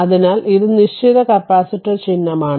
അതിനാൽ ഇത് നിശ്ചിത കപ്പാസിറ്റർ ചിഹ്നമാണ്